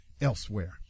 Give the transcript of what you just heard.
elsewhere